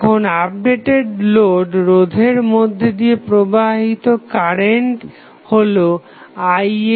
এখন updated load রোধের মধ্যে দিয়ে প্রবাহিত কারেন্ট হলো IL'